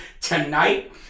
tonight